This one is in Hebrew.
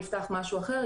נפתח משהו אחר,